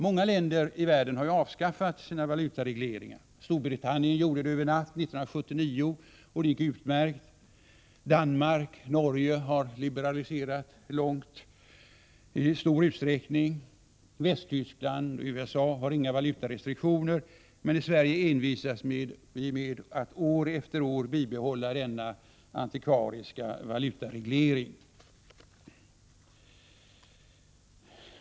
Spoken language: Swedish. Många länder i världen har avskaffat sina valutaregleringar. Storbritannien gjorde det över en natt år 1979, och det gick utmärkt. Danmark och Norge har i stor utsträckning liberaliserat sin lagstiftning på det här området. Västtyskland och USA har inga valutarestriktioner. Men i Sverige envisas vi med att år efter år bibehålla denna antikvariska valutareglering.